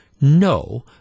No